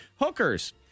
hookers